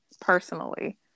personally